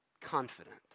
confident